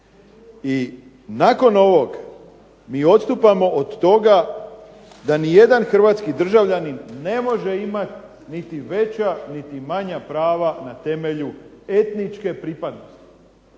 I nakon ovog mi odstupamo od toga da nijedan hrvatski državljanin ne može imati niti veća niti manja prava na temelju etničke pripadnosti,